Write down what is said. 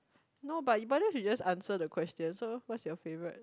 no but but if you just answer the question so what's your favourite